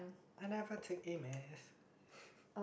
I never take A-maths